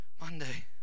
Monday